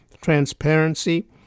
transparency